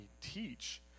teach